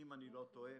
אם אני לא טועה,